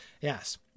Yes